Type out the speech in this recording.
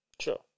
Sure